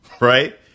right